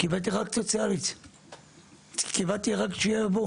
המשפחה שלך זכאית לקבל תמיכה של עובד זר?